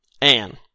Anne